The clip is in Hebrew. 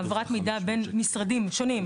העברת מידע בין משרדים שונים.